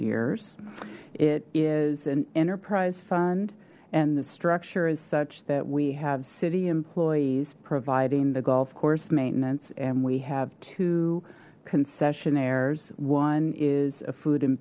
years it is an enterprise fund and the structure is such that we have city employees providing the golf course maintenance and we have two concessionaires one is a food and